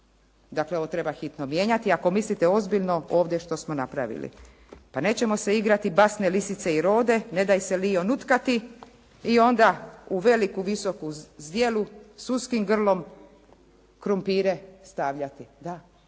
Dakle, ovo treba hitno mijenjati, ako mislite ozbiljno ovdje što smo napravili. Pa nećemo se igrati basne "Lisice i rode", ne daj se lijo nutkati i onda u veliku visoku zdjelu s uskim grlom krumpire stavljati.